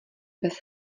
bez